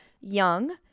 Young